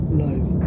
life